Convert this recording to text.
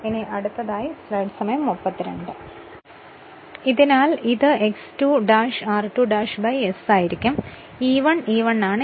അതിനാൽ ഇത് X 2 ' r2 ' S ആയിരിക്കും ഇത് E 1 E 1 ആണ്